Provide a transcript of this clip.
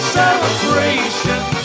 celebration